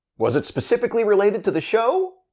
was it specifically related to the show?